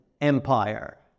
Empire